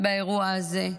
באירוע הזה.